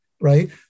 right